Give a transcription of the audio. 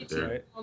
right